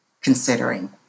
considering